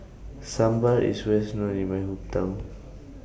Sambar IS Wells known in My Hometown